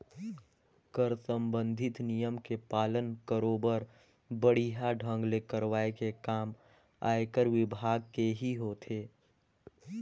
कर संबंधित नियम के पालन बरोबर बड़िहा ढंग ले करवाये के काम आयकर विभाग केही होथे